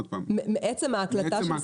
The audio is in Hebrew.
מעצם ההקלטה.